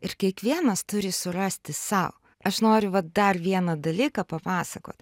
ir kiekvienas turi surasti sau aš noriu va dar vieną dalyką papasakot